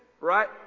right